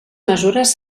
mesures